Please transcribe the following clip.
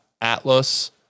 Atlas